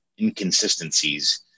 inconsistencies